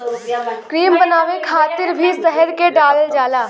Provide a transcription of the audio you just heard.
cream बनावे खातिर भी शहद के डालल जाला